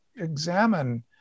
examine